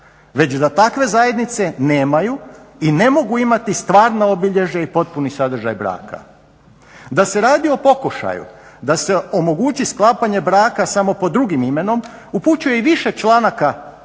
već da takve zajednice nemaju i ne mogu imati stvarno obilježje i potpuni sadržaj braka. Da se radi o pokušaju da se omogući sklapanje braka samo pod drugim imenom upućuje i više članaka prijedloga